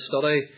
study